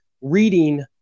reading